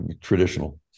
traditional